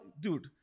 dude